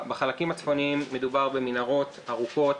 בחלקים הצפוניים מדובר במנהרות ארוכות